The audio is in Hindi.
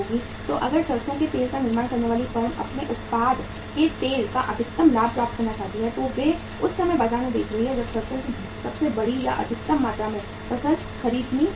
तो अगर सरसों के तेल का निर्माण करने वाली फर्म अपने उत्पाद के तेल का अधिकतम लाभ प्राप्त करना चाहती है तो वे उस समय बाजार में बेच रहे हैं जब सरसों की सबसे बड़ी या अधिकतम मात्रा में फसल खरीदनी होती है